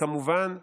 וכמובן דרוזים,